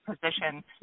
position